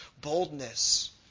boldness